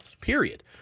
period